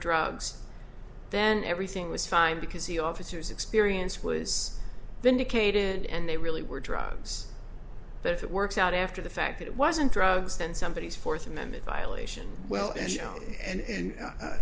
drugs then everything was fine because the officers experience was vindicated and they really were drugs but if it works out after the fact that it wasn't drugs then somebody is fourth amendment violation well and you know and